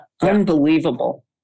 Unbelievable